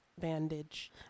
bandage